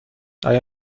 آیا